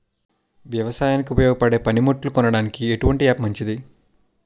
వ్యవసాయానికి ఉపయోగపడే పనిముట్లు కొనడానికి ఎటువంటి యాప్ మంచిది?